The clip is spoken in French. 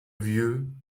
vieux